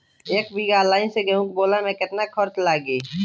एक बीगहा लाईन से गेहूं बोआई में केतना खर्चा लागी?